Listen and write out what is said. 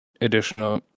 additional